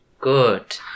good